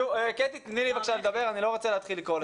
קטי, תני לי לדבר בבקשה, אני לא רוצה לקרוא לסדר.